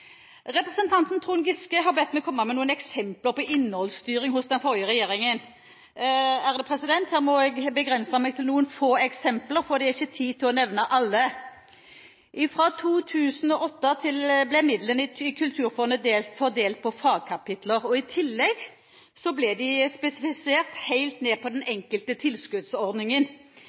Representanten Trond Giske har bedt meg komme med noen eksempler på innholdsstyring hos den forrige regjeringen. Her må jeg begrense meg til noen få eksempler, for det er ikke tid til å nevne alle. Fra 2008 ble midlene til Kulturfondet fordelt på fagkapitler, og i tillegg ble de spesifisert helt ned på den enkelte tilskuddsordningen.